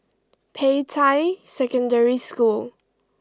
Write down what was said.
Peicai Secondary School